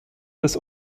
des